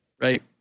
Right